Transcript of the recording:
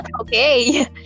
Okay